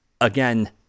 again